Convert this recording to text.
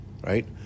right